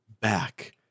back